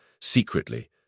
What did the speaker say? secretly